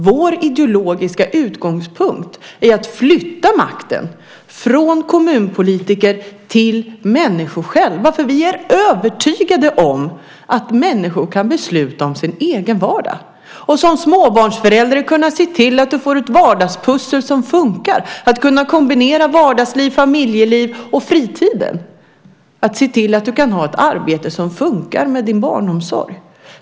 Vår ideologiska utgångspunkt är att flytta makten från kommunpolitiker till människor själva, för vi är övertygade om att människor kan besluta om sin egen vardag. Som småbarnsförälder ska du kunna se till att du får ett vardagspussel som funkar och kunna kombinera vardagsliv, familjeliv och fritiden - att du kan ha ett arbete som funkar med din barnomsorg.